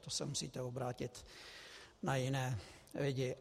To se musíte obrátit na jiné lidi.